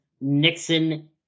Nixon